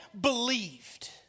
believed